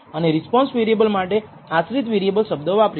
અને response variable માટે આશ્રિત વેરિએબલ શબ્દો વાપરીશું